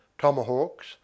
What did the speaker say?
tomahawks